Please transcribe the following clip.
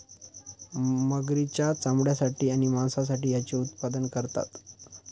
मगरींच्या चामड्यासाठी आणि मांसासाठी याचे उत्पादन करतात